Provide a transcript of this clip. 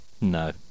No